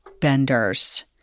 benders